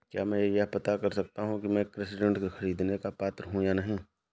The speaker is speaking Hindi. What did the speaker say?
क्या मैं यह पता कर सकता हूँ कि मैं कृषि ऋण ख़रीदने का पात्र हूँ या नहीं?